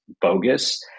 bogus